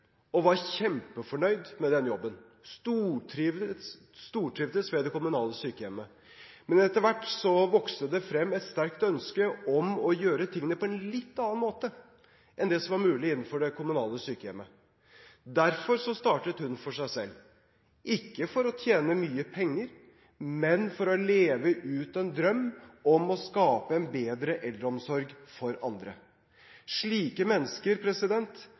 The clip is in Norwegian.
og var kjempefornøyd med den jobben – hun stortrivdes ved det kommunale sykehjemmet. Men etter hvert vokste det frem et sterkt ønske om å gjøre tingene på en litt annen måte enn det som var mulig innenfor det kommunale sykehjemmet. Derfor startet hun for seg selv – ikke for å tjene mye penger, men for å leve ut en drøm om å skape en bedre eldreomsorg for andre. Slike mennesker